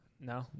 No